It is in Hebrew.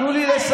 תנו לי לסיים.